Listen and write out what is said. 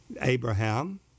Abraham